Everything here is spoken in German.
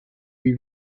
wie